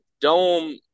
Dome